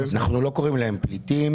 אנחנו לא קוראים להם פליטים.